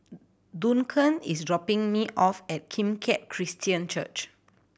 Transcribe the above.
Duncan is dropping me off at Kim Keat Christian Church